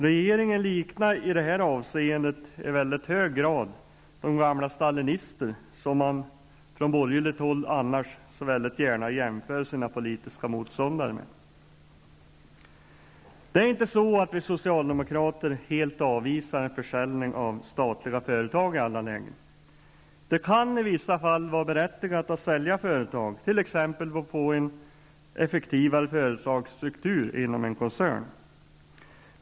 Regeringen liknar i det här avseendet i mycket hög grad de gamla stalinister som de borgerliga företrädarna annars så gärna jämför sina politiska motståndare med. Det är inte så att vi socialdemokrater helt avvisar försäljning av statliga företag i alla lägen. Det kan i vissa fall vara berättigat att sälja företag, t.ex. för att få en effektivare företagsstruktur inom en koncern.